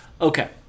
Okay